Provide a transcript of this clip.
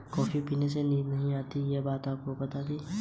सबसे अच्छा गेहूँ का बीज कौन सा है?